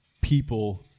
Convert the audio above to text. people